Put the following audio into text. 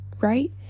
right